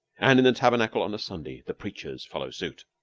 and in the tabernacle on a sunday the preachers follow suit.